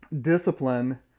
discipline